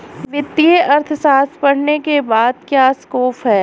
वित्तीय अर्थशास्त्र पढ़ने के बाद क्या स्कोप है?